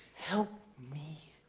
help me,